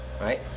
Right